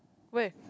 where